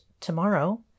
tomorrow